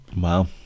Wow